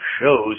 shows